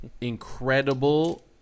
incredible